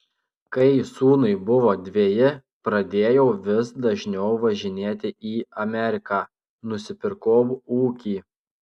kai sūnui buvo dveji pradėjau vis dažniau važinėti į ameriką nusipirkau ūkį